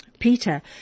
Peter